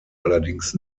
allerdings